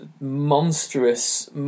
monstrous